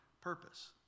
purpose